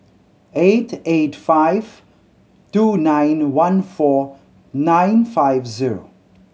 eight eight five two nine one four nine five zero